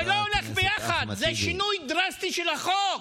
זה לא הולך ביחד, זה שינוי דרסטי של החוק.